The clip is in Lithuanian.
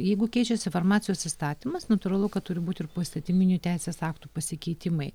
jeigu keičiasi farmacijos įstatymas natūralu kad turi būti ir poįstatyminių teisės aktų pasikeitimai